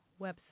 website